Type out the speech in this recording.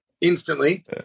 instantly